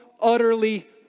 utterly